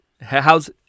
How's